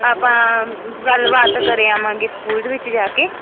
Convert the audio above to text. ਆਪਾਂ ਗੱਲਬਾਤ ਕਰ ਆਵਾਂਗੇ ਸਕੂਲ ਦੇ ਵਿੱਚ ਜਾ ਕੇ